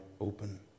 open